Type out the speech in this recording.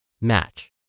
Match